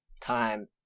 time